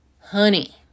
honey